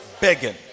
begging